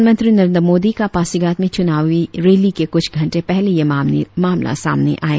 प्रधानमंत्री नरेंद्र मोदी का पासीघाट में चुनावीं रैली के कुछ घंटे पहले यह मामला सामने आया